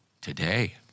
today